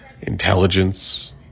intelligence